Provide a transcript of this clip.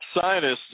Scientists